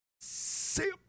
see